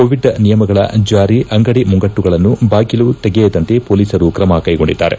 Covid ನಿಯಮಗಳ ಜಾರಿ ಅಂಗಡಿ ಮುಂಗಟ್ಸುಗಳನ್ನು ಬಾಗಿಲು ತೆಗೆಯದಂತೆ ಪೊಲೀಸರು ತ್ರಮ ಕೈಗೊಂಡಿದ್ದಾರೆ